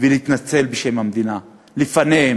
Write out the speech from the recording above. ולהתנצל בשם המדינה לפניהם.